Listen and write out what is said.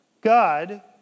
God